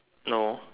no